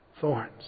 Thorns